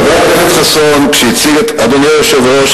אדוני היושב-ראש,